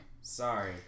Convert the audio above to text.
Sorry